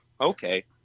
Okay